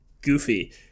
goofy